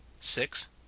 six